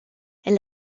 elle